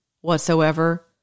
whatsoever